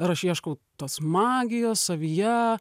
ar aš ieškau tos magijos savyje